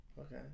okay